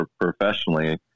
professionally